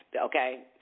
Okay